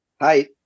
Hi